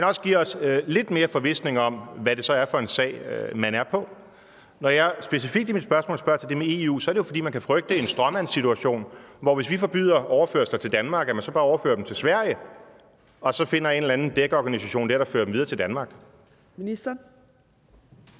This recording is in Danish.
men også giver os lidt mere forvisning om, hvad det så er for en sag, man er på. Når jeg i mit spørgsmål specifikt spørger til det med EU, er det jo, fordi man kan frygte en stråmandssituation, hvor man, hvis vi forbyder overførsler til Danmark, bare overfører dem til Sverige og så dér finder en eller anden dækorganisation, der fører dem videre til Danmark. Kl.